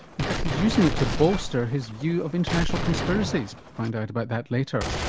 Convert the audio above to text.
in fact he's using it to bolster his view of international conspiracies find out about that later.